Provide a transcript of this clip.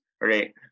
right